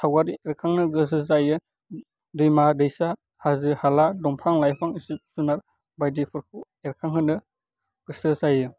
सावगारि एरखांनो गोसो जायो दैमा दैसा हाजो हाला दंफां लाइफां जिब जुनार बायदिफोरखौ एरखांहोनो गोसो जायो